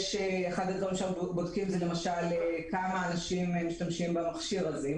אחד הדברים שאנחנו בודקים זה כמה אנשים משתמשים במכשיר הזה.